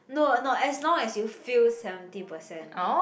no no as long as you feel seventy percent